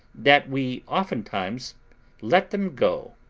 that we oftentimes let them go,